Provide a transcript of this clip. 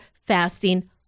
fasting